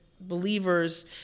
believers